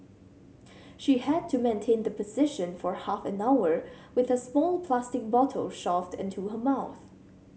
she had to maintain the position for half an hour with a small plastic bottle shoved into her mouth